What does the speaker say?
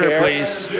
please.